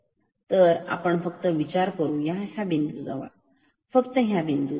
तर आपण फक्त विचार करू ह्या बिंदू जवळ फक्त ह्या बिंदू जवळ